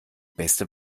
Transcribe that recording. beste